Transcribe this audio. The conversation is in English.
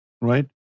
Right